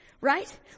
right